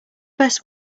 best